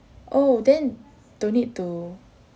oh then don't need to